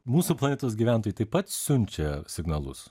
mūsų planetos gyventojai taip pat siunčia signalus